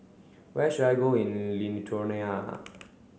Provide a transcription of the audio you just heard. where should I go in Lithuania